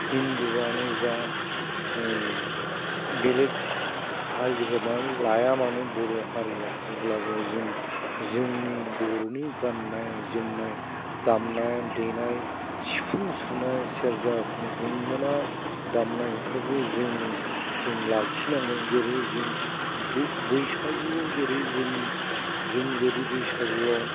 हिन्दुआनो जा बेलेक हारि धोरोमआनो लायामानो बर' हारिया अब्लाबो जों जोंनि बर'नि गाननाय जोमनाय दामनाय देनाय सिफुं सुनाय सेरजा गंगोना दामनाय इफोरखौबो जोङो जों लाखिनांगोन जेरै जों बैसागुआव जेरै जों जों जेरै बैसागुआव